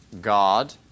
God